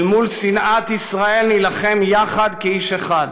אל מול שנאת ישראל נילחם יחד כאיש אחד.